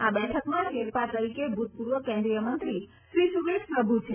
આ બેઠકમાં શેરપા તરીકે ભૂતપૂર્વ કેન્દ્રીયમંત્રીશ્રી સુરેશ પ્રભુ છે